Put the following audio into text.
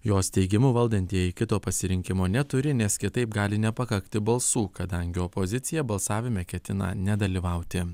jos teigimu valdantieji kito pasirinkimo neturi nes kitaip gali nepakakti balsų kadangi opozicija balsavime ketina nedalyvauti